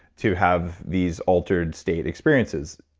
to have these altered state experiences.